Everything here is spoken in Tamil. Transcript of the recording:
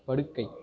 படுக்கை